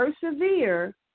persevere